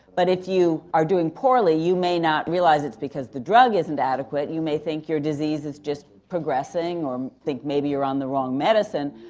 but if you are doing poorly you may not realise it's because the drug isn't adequate, and you may think your disease is just progressing, or think maybe you're on the wrong medicine.